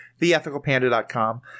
theethicalpanda.com